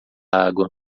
água